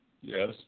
Yes